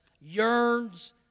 yearns